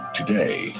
Today